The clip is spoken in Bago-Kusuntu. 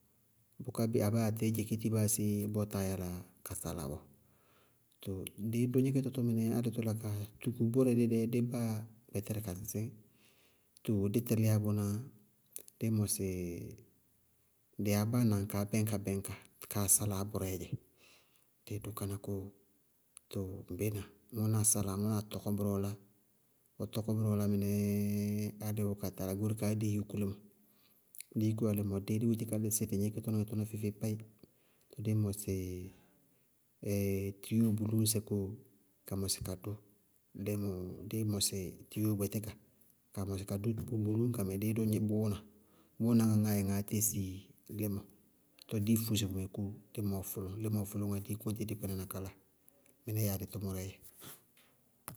Bʋká bii a "báa atɛɛ dzekéti báa séé bɔɔ táa yála ka sálá bɔɔ. Too dɩí dʋ gníkítɔ tʋ mɩnɛɛ álɩ dí kaa tuku bʋrɛ dɛɛ dí báa gbɛtɛrɛ ka lísí, too dí tɛlíya bʋná díí mɔsɩ dí abáa na ŋkaá bɛñks-bɛñka kaáa saláa bʋrɛɛ dzɛ, díí dʋ káná kóo. Tɔɔ ŋbéna ŋʋnáa sála, ŋʋnáa tɔkɔ bʋrɛ ɔɔlá, ɔɔ tɔkɔ bʋrɛ ɔɔ lá mɩnɛɛ báá díí ɔɔ kaa tala goóre kaá díí yúkú límɔ, dí tukúwá límɔ, díí búti ka lísí dɩ gníkítɔníŋɛ tʋná feé-feé páí! Díí mɔsɩ tiiyóo bulúu ñsɛ kóo ka mɔsɩ ka dʋ, díí mɔsɩ tiiyóo gbɛtíka ka mɔsɩ ka dʋ bulúu ñka mɛ, díí dʋ bʋʋna, bʋʋna ŋáá yɛ ŋaá tési límɔ, tɔɔ díí fosi bʋmɛ kóo, límɔɔ fʋlʋñŋá díí kóñti dɩ kpínaná kala. Mɩnɛ yáa dɩ tʋmʋrɛɛ dzɛ.